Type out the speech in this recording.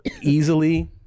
easily